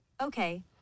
Okay